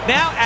Now